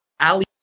Ali